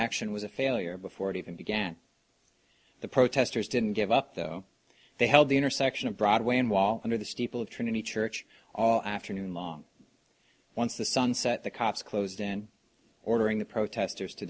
action was a failure before it even began the protesters didn't give up though they held the intersection of broadway and wall under the steeple of trinity church all afternoon long once the sun set the cops closed and ordering the protesters to